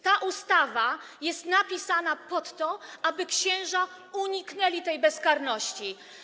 Ta ustawa jest napisana pod to, aby księża uniknęli tej bezkarności.